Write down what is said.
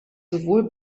sowohl